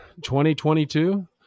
2022